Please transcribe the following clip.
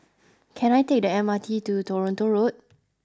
can I take the M R T to Toronto Road